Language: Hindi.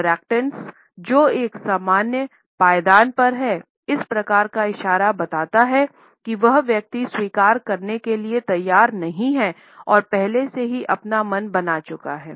इंटरेक्टन जो एक समान पायदान पर हैं इस प्रकार का इशारा बताता है कि वह व्यक्ति स्वीकार करने के लिए तैयार नहीं है और पहले से ही अपना मन बना चुका है